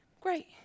Great